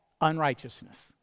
unrighteousness